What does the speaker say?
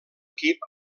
equip